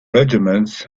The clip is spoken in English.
regiments